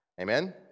Amen